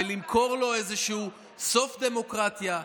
ולמכור לו איזשהו סוף דמוקרטיה,